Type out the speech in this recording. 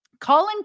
Colin